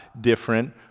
different